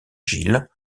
gilles